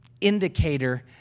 indicator